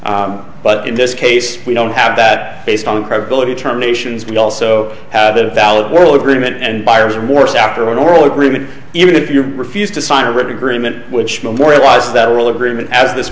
but in this case we don't have that based on credibility terminations we also had a valid world agreement and buyer's remorse after an oral agreement even if you refused to sign a written agreement which memorialize that rule agreement as this